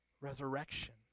resurrection